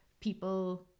people